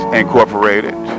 incorporated